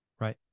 Right